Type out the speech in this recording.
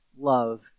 love